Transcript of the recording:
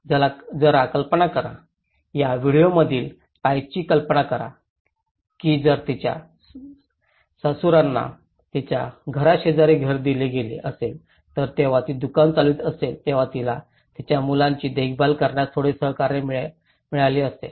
जरा कल्पना करा त्या व्हिडिओमधील बाईची कल्पना करा की जर तिच्या सासुरांना तिच्या घराशेजारी घर दिले गेले असेल तर जेव्हा ती दुकान चालवित असेल तेव्हा तिला तिच्या मुलांची देखभाल करण्यास थोडेसे सहकार्य मिळाले असेल